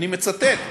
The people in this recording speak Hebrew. ואני מצטט: